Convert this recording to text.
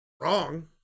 Wrong